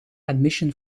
admission